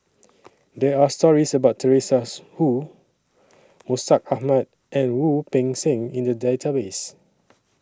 There Are stories about Teresa Hsu Mustaq Ahmad and Wu Peng Seng in The Database